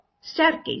staircase